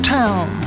town